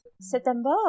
September